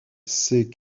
c’est